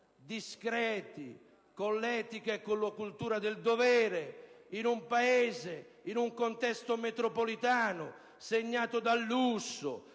discreti, con l'etica e con la cultura del dovere in un Paese, in un contesto metropolitano segnato dal lusso,